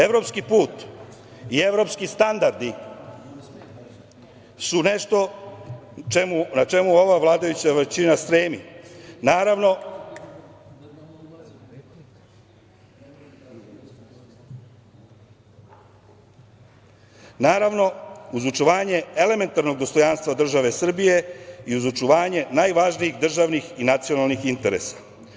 Evropski put i evropski standardi su nešto na čemu ova vladajuća većina stremi, naravno, uz očuvanje elementarnog dostojanstva države Srbije i uz očuvanje najvažnijih državnih i nacionalnih interesa.